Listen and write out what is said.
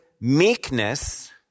meekness